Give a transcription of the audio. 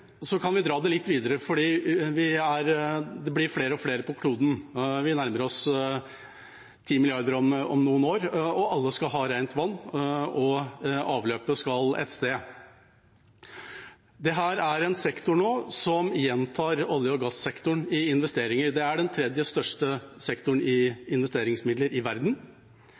Så kan vi dra det litt videre. Det blir flere og flere på kloden – vi nærmer oss 10 milliarder om noen år – og alle skal ha rent vann, og avløpet skal et sted. Dette er en sektor som nå gjentar olje- og gassektoren i investeringer. Det er den tredje største sektoren i investeringsmidler i verden.